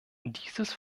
dieses